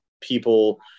people